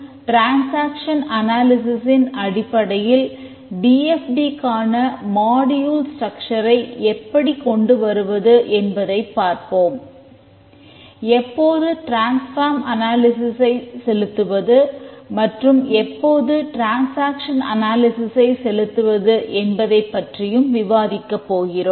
D F T செலுத்துவது என்பதைப் பற்றியும் விவாதிக்கப் போகிறோம்